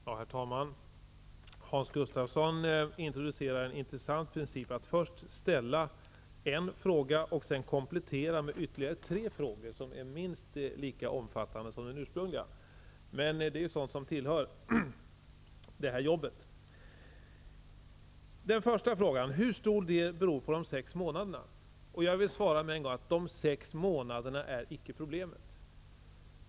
Herr talman! Hans Gustafsson introducerar en intressant princip att först ställa en fråga och sedan komplettera med ytterligare tre som är minst lika omfattande som den ursprungliga. Men det är sådant som tillhör det här jobbet. Hans Gustafsson frågade först i vilken utsträckning neddragningarna berodde på att taxehöjningarna sköts upp sex månader. Jag kan svara med en gång att de sex månaderna icke är något problem.